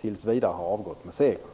tills vidare har avgått med segern.